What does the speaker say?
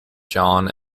jon